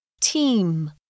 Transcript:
Team